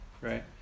right